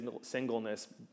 singleness